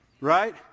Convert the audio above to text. Right